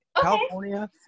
California